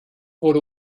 wurde